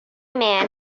man